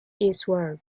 eastward